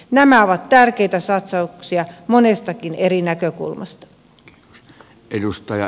nämä ovat tärkeitä satsauksia monestakin eri näkökulmasta